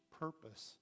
purpose